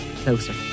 closer